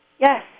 Yes